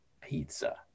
pizza